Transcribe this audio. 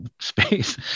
space